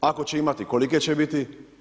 Ako će imati, kolike će biti?